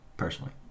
personally